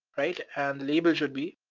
right? and label should be,